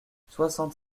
soixante